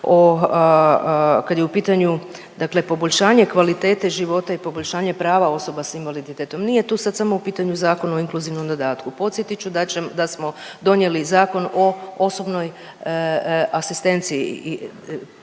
kad je u pitanju poboljšanje kvalitete života i poboljšanje prava osoba s invaliditetom. nije tu sad samo u pitanju Zakon o inkluzivnom, podsjetit ću da smo donijeli Zakon o osobnoj asistenciji